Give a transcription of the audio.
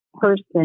person